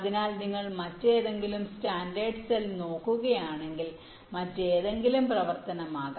അതിനാൽ നിങ്ങൾ മറ്റേതെങ്കിലും സ്റ്റാൻഡേർഡ് സെൽ നോക്കുകയാണെങ്കിൽ മറ്റേതെങ്കിലും പ്രവർത്തനം ആകാം